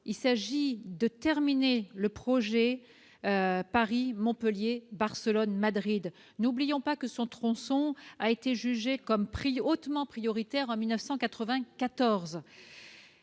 à finaliser le projet Paris-Montpellier-Barcelone-Madrid. N'oublions pas que ce tronçon a été jugé comme hautement prioritaire en 1994.